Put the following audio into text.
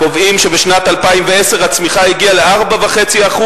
קובעים שבשנת 2010 הצמיחה הגיעה ל-4.5%,